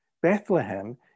Bethlehem